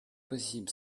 possible